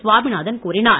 சுவாமிநாதன் கூறினார்